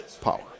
power